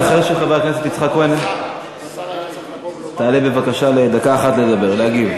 אחרי חבר הכנסת יצחק כהן תעלה בבקשה לדקה אחת להגיב.